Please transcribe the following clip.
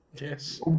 Yes